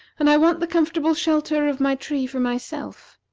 and i want the comfortable shelter of my tree for myself.